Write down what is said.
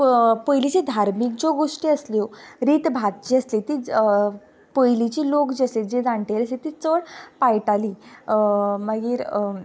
पयलींचे धार्मीक ज्यो गोश्टी आसल्यो रीत भात जी आसली ती पयलींचे लोक जे आसा जे जाणटेले आसा ते चड पाळटालीं मागीर